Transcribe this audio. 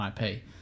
ip